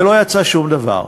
ולא יצא שום דבר.